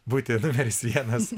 būtį numeris vienas